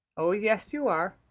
oh, yes, you are.